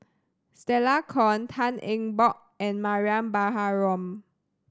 Stella Kon Tan Eng Bock and Mariam Baharom